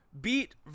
beat